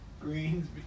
Greens